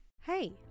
Hey